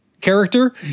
character